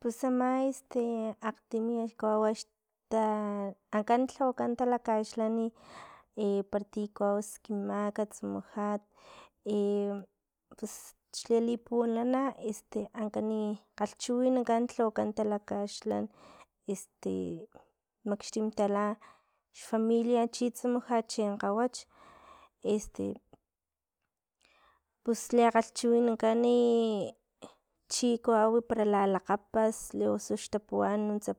Pus ama akgtimi kawau ta ankan lhawakan talakaxlani i para ti kawau skimak tsumujat i pus xli pulana este ankani kgalhchiwinankan ankan lhawakan talakaxlan, este makxtim tala xfamilia chin tsumujat chin kgawach este pus lekgalhchiwinankani chi kawawi para la lakgapas osu lux tapuwan nuntsa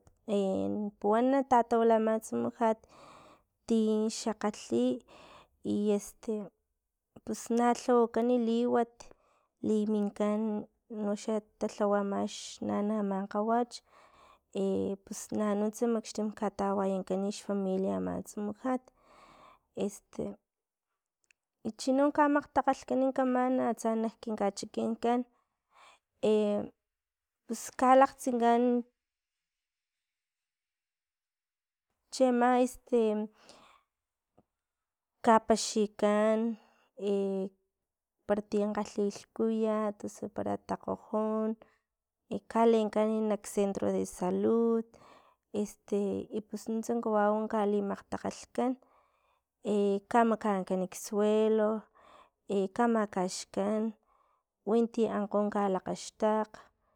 puwan na tatawila ama tsumujat ti xakgatli i, pus na lhawakan liwat, liminkan unoxa talhawa max nana ama kgawach, pus nanuntsa makxtim katawayankan xfamilia ama tsumujat este chino kamakgtakgakgkani kaman atsa kin kachikinkan pus kalakgtsinkan, chi ama este, kapaxikan para tin kgalhi lhkuyat osu para takgojon, i kalenkan nak centro de salud, ipus nuntsa kawau kali makgtakgalhkan kamakankan ksuelo kamakaxkan winti ankgo lakgaxtakg